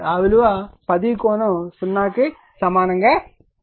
ఆ విలువ 10 కోణం 0 కు సమానం అవుతుంది